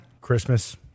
Christmas